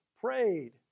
prayed